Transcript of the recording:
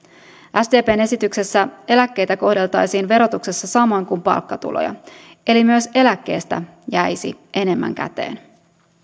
sdpn esityksessä eläkkeitä kohdeltaisiin verotuksessa samoin kuin palkkatuloja eli myös eläkkeestä jäisi enemmän käteen